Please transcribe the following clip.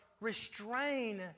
restrain